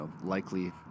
likely